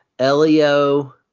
Elio